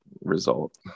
result